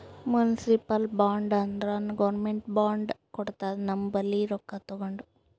municipal bond ಅಂದುರ್ government bond ಕೊಡ್ತುದ ನಮ್ ಬಲ್ಲಿ ರೊಕ್ಕಾ ತಗೊಂಡು